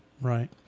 right